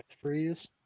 freeze